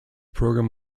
program